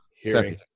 hearing